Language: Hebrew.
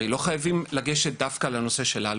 לא חייבם לגשת דווקא לנושא האלכוהול.